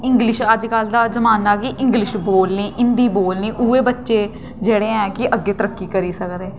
English अजकल दा जमाना गै इंग्लिश बोलनी हिंदी बोलनी उ'ऐ बच्चे जेह्ड़े ऐ कि अग्गें तरक्की करी सकदे बट